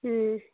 ꯎꯝ